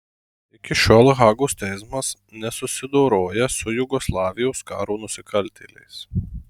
iki šiol hagos teismas nesusidoroja su jugoslavijos karo nusikaltėliais